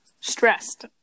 Stressed